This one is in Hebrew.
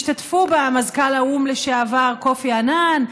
השתתפו מזכ"ל האו"ם לשעבר קופי אנאן,